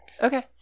Okay